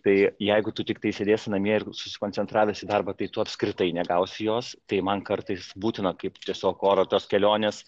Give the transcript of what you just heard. tai jeigu tu tiktai sėdėsi namie ir susikoncentravęs į darbą tai tu apskritai negausi jos tai man kartais būtina kaip tiesiog oro tos kelionės